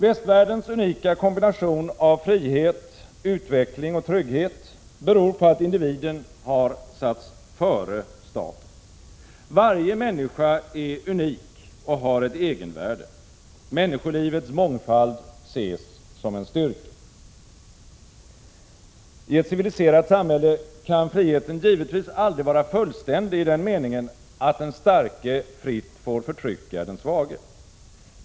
Västvärldens unika kombination av frihet, utveckling och trygghet beror på att individen har satts före staten. Varje människa är unik och har ett egenvärde. Människolivets mångfald ses som en styrka. I ett civiliserat samhälle kan friheten givetvis aldrig vara fullständig i den meningen att den starke fritt får förtrycka den svage.